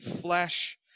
flesh